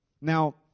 Now